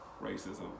racism